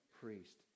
priest